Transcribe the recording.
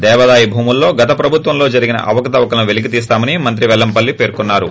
దేవాదాయ భూములలో గత ప్రభుత్వంలో జరిగిన అవకతవకలను పేలికితీస్తామని మంత్రి పెల్లంపల్లి పేర్కొన్నారు